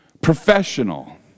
professional